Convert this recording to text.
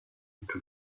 into